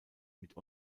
mit